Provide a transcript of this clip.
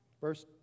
Verse